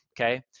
Okay